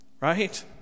right